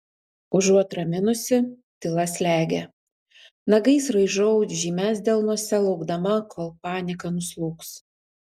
užuot raminusi tyla slegia nagais raižau žymes delnuose laukdama kol panika nuslūgs